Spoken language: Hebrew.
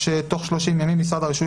של חבר הכנסת דסטה גדי